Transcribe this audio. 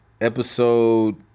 episode